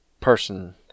person